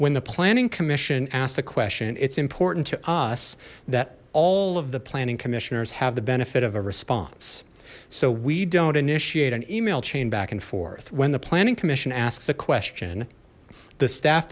when the planning commission asks a question it's important to us that all of the planning commissioners have the benefit of a response so we don't initiate an email chain back and forth when the planning commission asks a question the staff